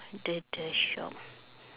the the shop